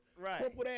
Right